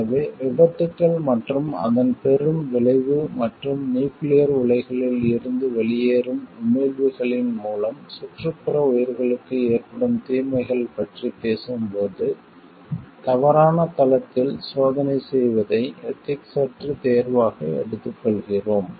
எனவே விபத்துகள் மற்றும் அதன் பெரும் விளைவு மற்றும் நியூக்கிளியர் உலைகளில் இருந்து வெளியேறும் உமிழ்வுகள் மூலம் சுற்றுப்புற உயிர்களுக்கு ஏற்படும் தீமைகள் பற்றி பேசும்போது தவறான தளத்தில் சோதனை செய்வதை எதிக்ஸ்யற்ற தேர்வாக எடுத்துக்கொள்கிறோம்